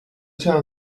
town